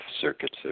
circuits